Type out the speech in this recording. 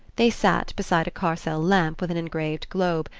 they sat beside a carcel lamp with an engraved globe,